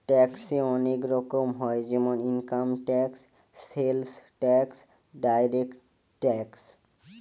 ট্যাক্সে অনেক রকম হয় যেমন income tax, sales tax, direct tax